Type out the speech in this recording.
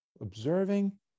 observing